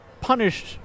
punished